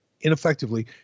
ineffectively